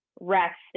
rest